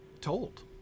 told